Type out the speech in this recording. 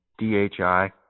DHI